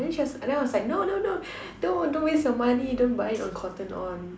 then she was like then I was like no no no don't waste your money don't buy it on cotton-on